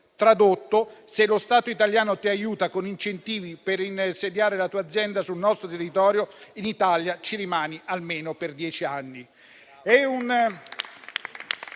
Tradotto: se lo Stato italiano ti aiuta con incentivi per insediare la tua azienda sul nostro territorio, in Italia ci rimani almeno per dieci anni.